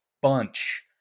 bunch